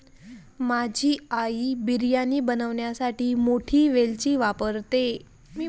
माझी आई बिर्याणी बनवण्यासाठी मोठी वेलची वापरते